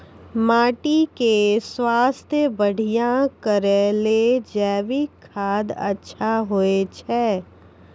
माटी के स्वास्थ्य बढ़िया करै ले जैविक खाद अच्छा होय छै?